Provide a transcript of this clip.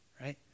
right